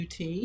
UT